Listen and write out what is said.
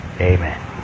Amen